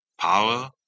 power